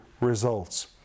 results